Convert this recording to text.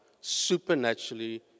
supernaturally